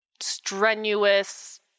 strenuous